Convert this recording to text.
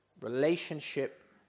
relationship